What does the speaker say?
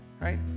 right